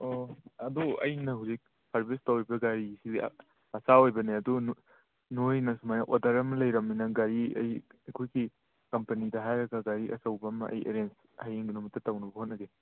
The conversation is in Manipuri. ꯑꯣ ꯑꯗꯨ ꯑꯩꯅ ꯍꯧꯖꯤꯛ ꯁꯥꯔꯕꯤꯁ ꯇꯧꯔꯤꯕ ꯒꯥꯔꯤꯁꯤꯗꯤ ꯃꯆꯥ ꯑꯣꯏꯕꯅꯦ ꯑꯗꯨ ꯅꯣꯏꯅ ꯁꯤꯗ ꯑꯣꯗꯔ ꯑꯃ ꯂꯩꯔꯕꯅꯤꯅ ꯒꯥꯔꯤ ꯑꯩ ꯑꯩꯈꯣꯏꯒꯤ ꯀꯝꯄꯅꯤꯗ ꯍꯥꯏꯔꯒ ꯒꯥꯔꯤ ꯑꯆꯧꯕ ꯑꯃ ꯑꯦꯔꯦꯟꯖ ꯍꯌꯦꯡꯒꯤ ꯅꯨꯃꯤꯠꯇ ꯇꯧꯅꯕ ꯍꯣꯠꯅꯒꯦ